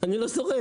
אני לא שורד.